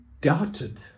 doubted